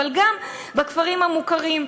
אבל גם בכפרים המוכרים.